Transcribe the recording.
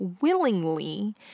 willingly